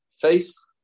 face